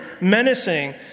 menacing